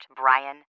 Brian